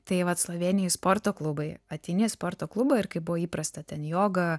tai vat slovėnijoj sporto klubai ateini į sporto klubą ir kaip buvo įprasta ten joga